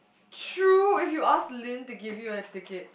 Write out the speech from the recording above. true if you asked Lin to give you a ticket